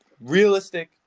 Realistic